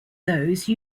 those